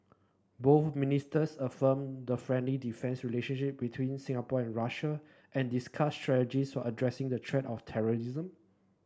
both ministers affirmed the friendly defence relationship between Singapore and Russia and discussed strategies for addressing the threat of terrorism